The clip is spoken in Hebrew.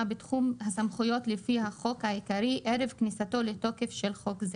בתחום הסמכויות לפי החוק העיקרי ערב כניסתו לתוקף של חוק זה